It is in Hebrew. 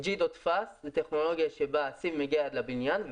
זו טכנולוגיה שבה הסיב מגיע עד לבניין.